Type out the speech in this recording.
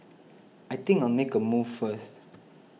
I think I'll make a move first